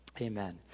amen